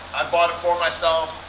i bought it for myself.